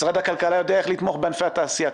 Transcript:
משרד הכלכלה יודע איך לתמוך בענפי התעשייה.